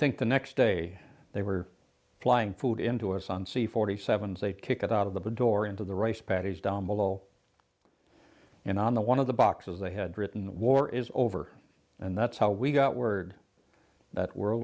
think the next day they were flying food into us on c forty seven say kick it out of the door into the rice paddies down below and on the one of the boxes they had written the war is over and that's how we got word that world